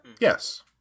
Yes